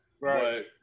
Right